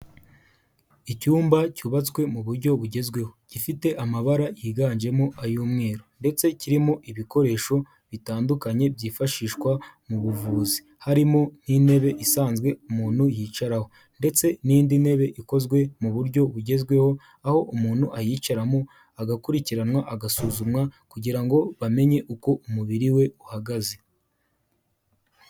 Icyumba cyubatswe mu buryo bugezweho gifite amabara yiganjemo ay'umweru, ndetse kirimo ibikoresho bitandukanye byifashishwa mu buvuzi, harimo nk'intebe isanzwe umuntu yicaraho, ndetse n'indi ntebe ikozwe mu buryo bugezweho aho umuntu ayicaramo agakurikiranwa agasuzumwa kugira ngo bamenye uko umubiri we uhagaze.